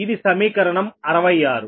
ఇది సమీకరణం 66